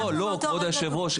לא, כבוד היושב-ראש.